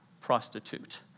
prostitute